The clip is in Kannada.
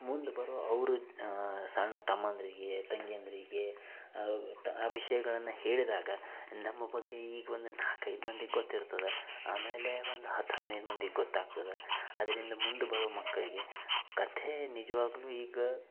ಮುಂದೆ ಬರೋ ಅವರು ಸಣ್ಣ ತಮ್ಮಂದಿರಿಗೆ ತಂಗ್ಯಂದಿರಿಗೆ ತ ಆ ವಿಷಯಗಳನ್ನು ಹೇಳಿದಾಗ ನಮ್ಮ ಬಗ್ಗೆ ಈಗೊಂದು ನಾಲ್ಕೈದು ಮಂದಿ ಗೊತ್ತಿರ್ತದೆ ಆಮೇಲೆ ಒಂದು ಹತ್ತು ಹದಿನೈದು ಮಂದಿಗೆ ಗೊತ್ತಾಗ್ತದೆ ಅದರಿಂದ ಮುಂದೆ ಬರೋ ಮಕ್ಕಳಿಗೆ ಕಥೆ ನಿಜವಾಗ್ಯೂ ಈಗ